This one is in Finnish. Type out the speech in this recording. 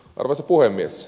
arvoisa puhemies